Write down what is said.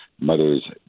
mother's